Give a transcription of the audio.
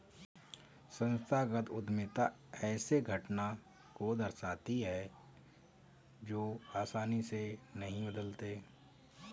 संस्थागत उद्यमिता ऐसे घटना को दर्शाती है जो आसानी से नहीं बदलते